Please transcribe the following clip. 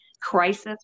crisis